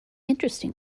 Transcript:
interesting